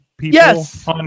yes